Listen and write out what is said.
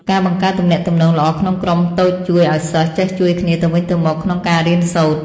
ការបង្កើតទំនាក់ទំនងល្អក្នុងក្រុមតូចជួយឱ្យសិស្សចេះជួយគ្នាទៅវិញទៅមកក្នុងការរៀនសូត្រ។